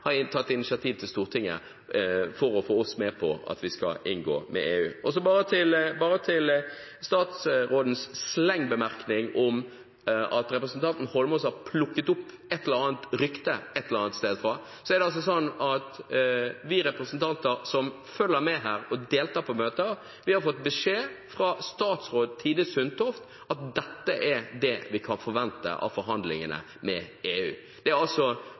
regjeringen har tatt initiativ til overfor Stortinget å få oss med på at vi skal inngå med EU. Til statsrådens slengbemerkning om at representanten Eidsvoll Holmås har plukket opp et eller annet rykte et eller annet sted fra: Vi, representanter som følger med her og deltar på møter, har fått beskjed fra statsråd Tine Sundtoft om at dette er det vi kan forvente av forhandlingene med EU. Dette er altså